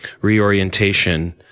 reorientation